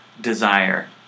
desire